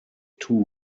two